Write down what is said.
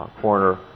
corner